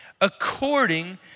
According